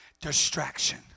Distraction